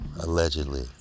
allegedly